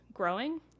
growing